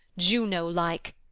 juno-like.